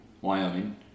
Wyoming